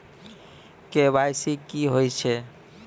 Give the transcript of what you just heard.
KYC की होय छै?